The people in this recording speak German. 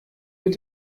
mit